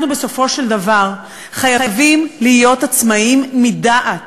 אנחנו, בסופו של דבר, חייבים להיות עצמאיים מדעת.